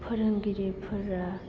फोरोंगिरिफोरा